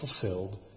fulfilled